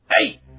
Hey